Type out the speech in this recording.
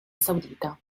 saudita